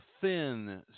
thin